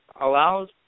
allows